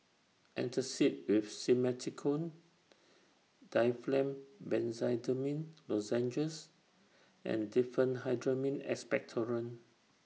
Antacid with Simethicone Difflam Benzydamine Lozenges and Diphenhydramine Expectorant